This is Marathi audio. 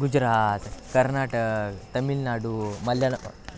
गुजरात कर्नाटक तामीळनाडू मल्ल्याळम